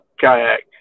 kayak